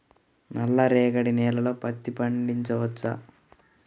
నల్ల రేగడి నేలలో పత్తి పండించవచ్చా?